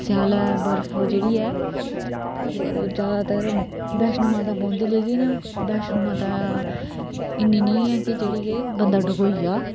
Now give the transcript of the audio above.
स्याले बर्फ जेहड़ा ऐ ओह् ज्यादातर बैष्मो माता पोंदी पर बैष्मो माता इन्नी नेई है कि जेहडी केह् बंदा डकोई जा